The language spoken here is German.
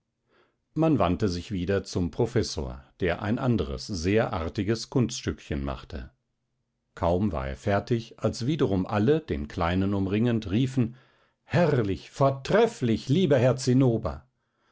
man wandte sich wieder zum professor der ein anderes sehr artiges kunststückchen machte kaum war er fertig als wiederum alle den kleinen umringend riefen herrlich vortrefflich lieber herr zinnober